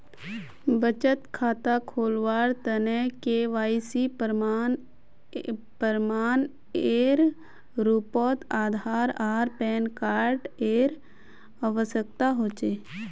बचत खता खोलावार तने के.वाइ.सी प्रमाण एर रूपोत आधार आर पैन कार्ड एर आवश्यकता होचे